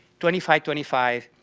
twenty five, twenty five,